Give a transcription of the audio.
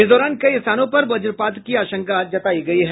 इस दौरान कई स्थानों पर वजपात की आशंका जतायी गयी है